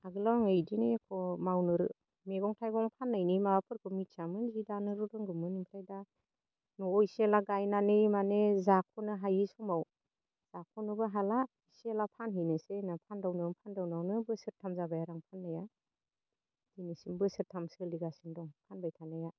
आगोलाव आङो इदिनो एख' मावनो मैगं थाइगं फाननायनि माबाफोरखौ मिथियामोन जि दानोल' रोंगौमोन इनिफ्राय दा न'आव इसे एला गायनानै माने जाख'नो हायि समाव जाख'नोबो हाला इसे एला फानहैनोसै होनना फानदावनायावनो फानदावनायावनो बोसोरथाम जाबाय आरो आं फाननाया दिनैसिम बोसोरथाम सोलिगासिनो दं फानबाय थानाया